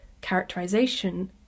characterization